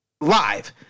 live